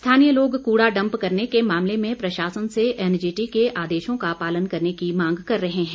स्थानीय लोग कूड़ा डम्प करने के मामले में प्रशासन से एनजीटी के आदेशों का पालन करने की मांग कर रहे हैं